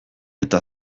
eta